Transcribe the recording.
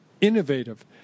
innovative